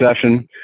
session